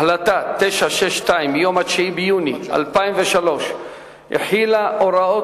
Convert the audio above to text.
החלטה 962 מיום 9 ביוני 2003 החילה הוראות